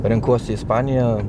renkuosi ispaniją